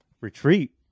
retreat